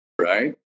right